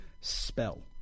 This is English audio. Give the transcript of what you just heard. spell